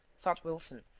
thought wilson,